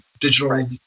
digital